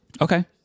Okay